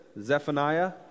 Zephaniah